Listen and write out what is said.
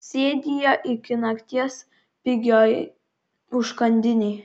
sėdi jie iki nakties pigioj užkandinėj